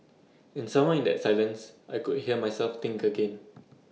and somehow in that silence I could hear myself think again